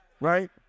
right